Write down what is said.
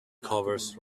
covers